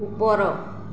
ଉପର